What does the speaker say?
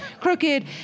crooked